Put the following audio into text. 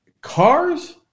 Cars